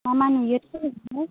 मा मा नुयोथाय होजोंहाय